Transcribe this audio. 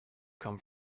come